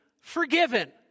forgiven